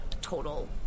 total